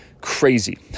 Crazy